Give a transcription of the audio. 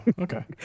Okay